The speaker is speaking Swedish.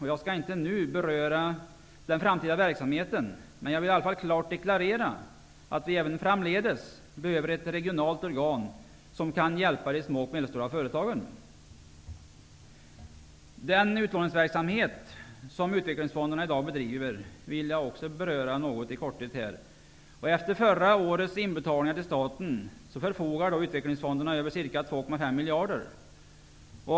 Jag skall inte nu beröra den framtida verksamheten, men jag vill i alla fall klart deklarera att vi även framdeles behöver ett regionalt organ som kan hjälpa de små och medelstora företagen. Den utlåningsverksamhet som utvecklingsfonderna i dag bedriver vill jag också beröra något. Efter förra årets inbetalningar till staten, förfogar utvecklingsfonderna över ca 2,5 miljarder.